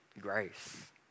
grace